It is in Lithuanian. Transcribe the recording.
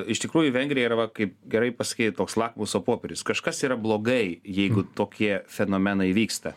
iš tikrųjų vengrija yra va kaip gerai pasakei toks lakmuso popierius kažkas yra blogai jeigu tokie fenomenai vyksta